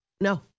No